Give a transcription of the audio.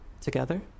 Together